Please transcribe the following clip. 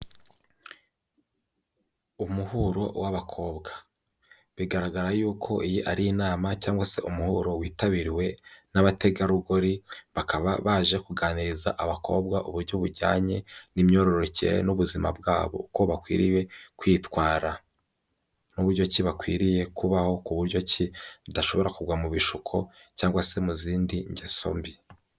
Umuhuro w'abakobwa, bigaragara yuko iyi ari inama cyangwa se umuhuro witabiriwe n'abategarugori; bakaba baje kuganiriza abakobwa uburyo bujyanye n'imyororokere n'ubuzima bwabo, uko bakwiriye kwitwara n'uburyo ki bakwiriye kubaho, ku buryo ki badashobora kugwa mu bishuko cyangwa se mu zindi ngeso mbi.